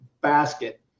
basket